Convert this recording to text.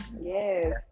yes